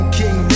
king